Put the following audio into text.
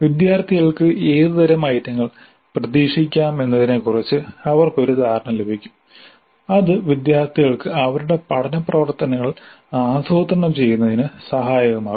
വിദ്യാർത്ഥികൾക്ക് ഏതുതരം ഐറ്റങ്ങൾ പ്രതീക്ഷിക്കാമെന്നതിനെക്കുറിച്ച് അവർക്ക് ഒരു ധാരണ ലഭിക്കും അത് വിദ്യാർത്ഥികൾക്ക് അവരുടെ പഠന പ്രവർത്തനങ്ങൾ ആസൂത്രണം ചെയ്യുന്നതിന് സഹായകമാകും